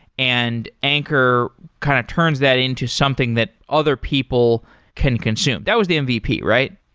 and anchor kind of turns that into something that other people can consume. that was the mvp, right?